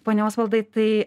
pone osvaldai tai